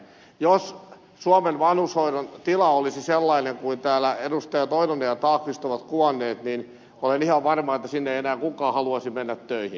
jos suomen vanhushoidon tila olisi sellainen kuin täällä edustajat oinonen ja tallqvist ovat kuvanneet niin olen ihan varma että sinne ei enää kukaan haluaisi mennä töihin